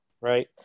right